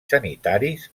sanitaris